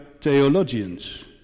theologians